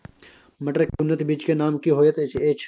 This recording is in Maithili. मटर के उन्नत बीज के नाम की होयत ऐछ?